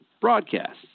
broadcasts